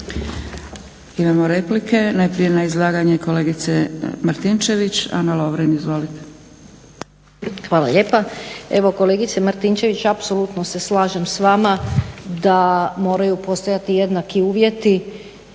Imamo replike. Najprije na izlaganje kolegice Martinčević. Ana Lovrin, izvolite. **Lovrin, Ana (HDZ)** Hvala lijepa. Evo kolegice Martinčević, apsolutno se slažem s vama da moraju postojati jednaki uvjeti